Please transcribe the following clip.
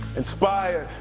inspire,